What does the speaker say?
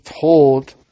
told